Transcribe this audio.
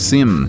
Sim